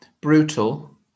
brutal